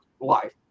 life